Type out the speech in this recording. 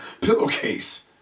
pillowcase